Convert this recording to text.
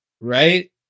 right